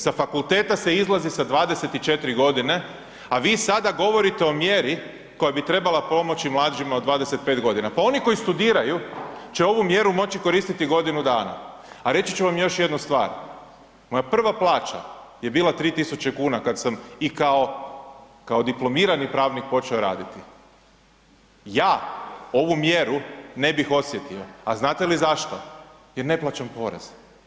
Sa fakulteta se izlazi sa 24 godine a vi sada govorite o mjeri koja bi trebala pomoći mlađima od 25.g., pa oni koji studiraju će ovu mjeru moći koristiti godinu dana, a reći ću vam još jednu stvar, moja prva plaća je bila 3.000,00 kn kad sam i kao, kao diplomirani pravnik počeo raditi, ja ovu mjeru ne bih osjetio, a znate li zašto, jer ne plaćam porez.